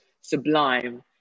sublime